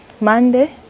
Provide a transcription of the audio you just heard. Monday